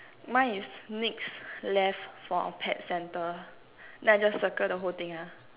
mine is next left for a pet centre then I just circle the whole thing ah